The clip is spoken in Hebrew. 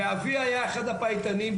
אביה היה אחד הפייטנים,